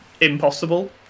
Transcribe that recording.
impossible